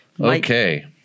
Okay